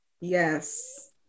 Yes